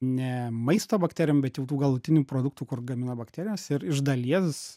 ne maisto bakterijom bet jau tų galutinių produktų kur gamina bakterijos ir iš dalies